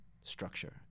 structure